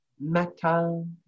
Metal